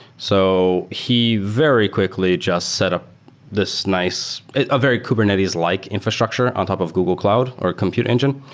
so he very quickly just set up this nice a very kubernetes-like infrastructure on top of google cloud or computer engine,